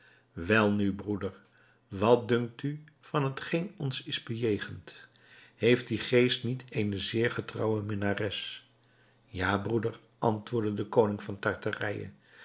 nu broeder wat dunkt u van hetgeen ons is bejegend heeft die geest niet eene zeer getrouwe minnares ja broeder antwoordde de koning van tartarije